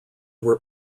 were